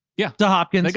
yeah, the hopkins,